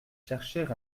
chercher